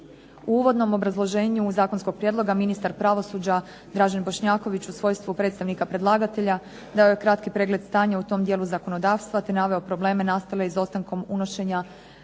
U uvodnom obrazloženju ministar pravosuđa gospodin Dražen Bošnjaković u svojstvu predstavnika predlagatelja dao je kratak pregled stanja u tom dijelu zakonodavstva te naveo probleme nastale izostanka unošenja